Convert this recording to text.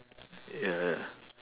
ya ya